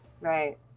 Right